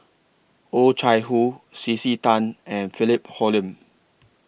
Oh Chai Hoo C C Tan and Philip Hoalim